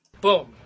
Boom